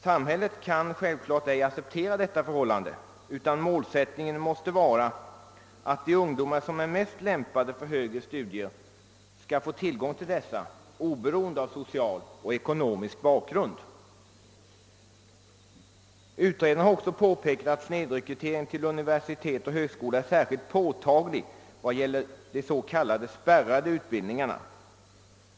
Samhället kan självklart ej acceptera detta förhållande, utan målsättningen måste vara, att de ungdomar, som är mest lämpade för högre studier, skall få tiligång till dessa, oberoende av social och ekonomisk bakgrund. Utredarna har också påpekat att snedrekryteringen till universitet och högskolor är särskilt påtaglig vad gäller de s.k. spärrade utbildningarna.